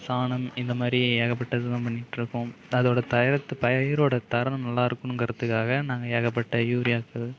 சாணம் இந்த மாதிரி ஏகப்பட்டது தான் பண்ணிட்டுருக்கோம் அதோடு பயிரோட தரம் நல்லா இருக்கணுங்கிறதுக்காக நாங்க ஏகப்பட்ட யூரியாக்கள்